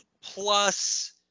plus